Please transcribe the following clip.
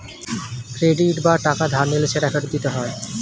credit বা টাকা ধার নিলে সেটা ফেরত দিতে হয়